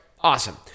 Awesome